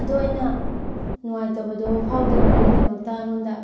ꯑꯗꯣ ꯑꯩꯅ ꯅꯨꯡꯉꯥꯏꯇꯕꯗꯣ ꯐꯥꯎꯗꯅꯕꯒꯤꯗꯃꯛꯇ ꯑꯩꯉꯣꯟꯗ